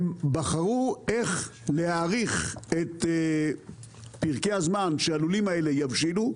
הם בחרו איך להאריך את פרקי הזמן שהלולים האלה יבשילו,